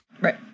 Right